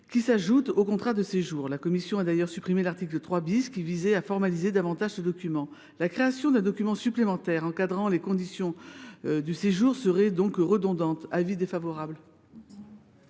qui s’ajoute au contrat de séjour. La commission a d’ailleurs supprimé l’article 3 , qui visait à formaliser davantage ce document. La création d’un document supplémentaire encadrant les conditions du séjour serait donc redondante. Avis défavorable.